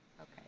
Okay